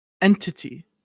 entity